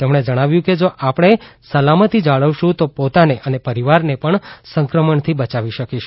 તેમ્ણે જણાવ્યું કે જો આપણે સલામતી જાળવશુ તો પોતાને અને પરિવારને પણ સંક્રમણથી બચાવી શકીશું